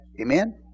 Amen